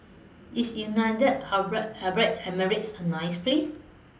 IS United Arab Emirates A nice Place